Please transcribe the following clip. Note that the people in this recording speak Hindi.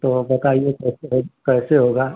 तो अब बताइए कैसे कैसे होगा